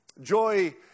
Joy